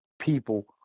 people